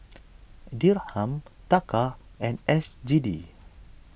Dirham Taka and S G D